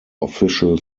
official